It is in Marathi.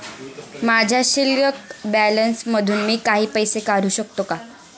माझ्या शिल्लक बॅलन्स मधून मी काही पैसे काढू शकतो का?